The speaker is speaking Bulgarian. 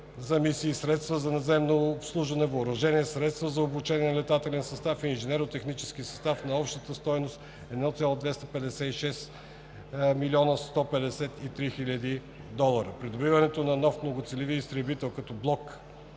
за мисиите, средства за наземно обслужване, въоръжение, средства за обучение на летателен и инженерно-технически състав на обща стойност – 1,256 млн. 153 хил. долара. Придобиването на нов многоцелеви изтребител като